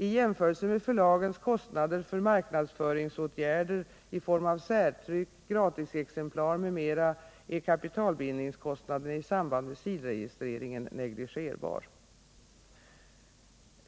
I jämförelse med förlagens kostnader för marknadsföringsåtgärder i form av särtryck, gratisexemplar m.m. är kapitalbindningskostnaden i samband med SIL-registreringen negligerbar.